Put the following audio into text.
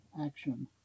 action